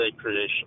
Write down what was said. creation